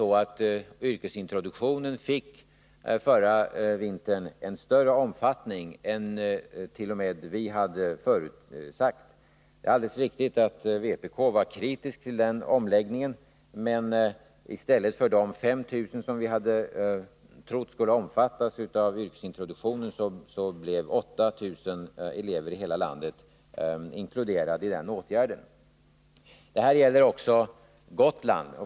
Tvärtom —-yrkesintroduktionen fick förra vintern t.o.m. en större omfattning än vi hade förutsagt. Det är alldeles riktigt att man inom vpk var kritisk till den omläggningen. Men i stället för de 5 000 elever som vi hade trott skulle omfattas av yrkesintroduktionen, så blev det 8000 elever i hela landet som inkluderades av den åtgärden. Detta gäller även Gotland.